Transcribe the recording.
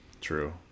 True